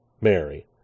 Mary